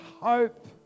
hope